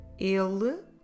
Ele